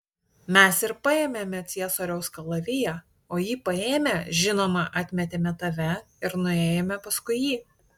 mes ir paėmėme ciesoriaus kalaviją o jį paėmę žinoma atmetėme tave ir nuėjome paskui jį